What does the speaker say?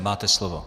Máte slovo.